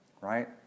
right